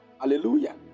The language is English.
hallelujah